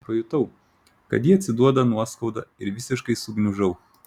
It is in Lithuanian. pajutau kad ji atsiduoda nuoskauda ir visiškai sugniužau